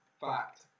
fact